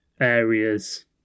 areas